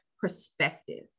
perspective